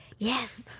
Yes